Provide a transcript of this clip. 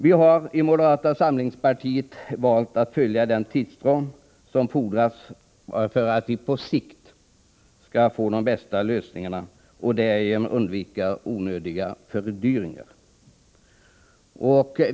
Vi har i moderata samlingspartiet valt att hålla oss till den tidsram som fordras för att vi på sikt skall få de bästa lösningarna och därigenom undvika onödiga fördyringar.